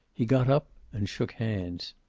he got up and shook hands.